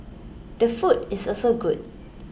the food is also good